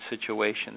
situation